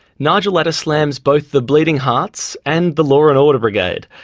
nigel latta slams both the bleeding hearts and the law and order brigade.